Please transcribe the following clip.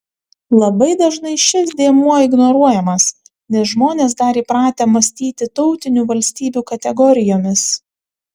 labai dažnai šis dėmuo ignoruojamas nes žmonės dar įpratę mąstyti tautinių valstybių kategorijomis